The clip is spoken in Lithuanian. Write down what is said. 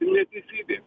ir neteisybė